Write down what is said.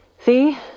See